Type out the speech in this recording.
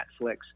Netflix